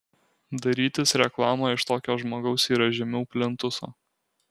darytis reklamą iš tokio žmogaus yra žemiau plintuso